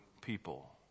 people